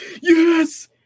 yes